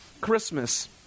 Christmas